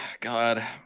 God